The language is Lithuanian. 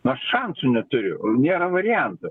aš šansų neturiu nėra variantų